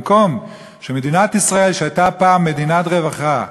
במקום שמדינת ישראל, שהייתה פעם מדינת רווחה,